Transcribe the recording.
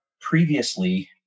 previously